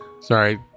Sorry